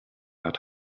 hat